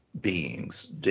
beings